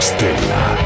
Stella